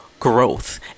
growth